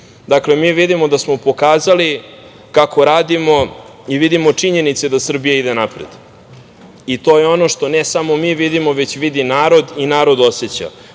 Srbije. Dakle, mi vidimo da smo pokazali kako radimo i vidimo činjenice da Srbija ide napred. To je ono što ne samo mi vidimo, već vidi narod i narod oseća.